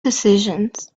decisions